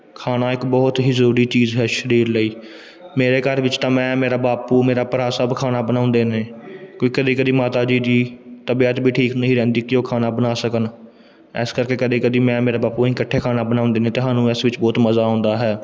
ਖਾਣਾ ਇੱਕ ਬਹੁਤ ਹੀ ਜ਼ਰੂਰੀ ਚੀਜ਼ ਹੈ ਸਰੀਰ ਲਈ ਮੇਰੇ ਘਰ ਵਿੱਚ ਤਾਂ ਮੈਂ ਮੇਰਾ ਬਾਪੂ ਮੇਰਾ ਭਰਾ ਸਭ ਖਾਣਾ ਬਣਾਉਂਦੇ ਨੇ ਕੋਈ ਕਦੇ ਕਦੇ ਮਾਤਾ ਜੀ ਦੀ ਤਬੀਅਤ ਵੀ ਠੀਕ ਨਹੀਂ ਰਹਿੰਦੀ ਕਿ ਉਹ ਖਾਣਾ ਬਣਾ ਸਕਣ ਇਸ ਕਰਕੇ ਕਦੇ ਕਦੀ ਮੈਂ ਮੇਰਾ ਬਾਪੂ ਅਸੀਂ ਇਕੱਠੇ ਖਾਣਾ ਬਣਾਉਂਦੇ ਨੇ ਅਤੇ ਸਾਨੂੰ ਇਸ ਵਿੱਚ ਬਹੁਤ ਮਜ਼ਾ ਆਉਂਦਾ ਹੈ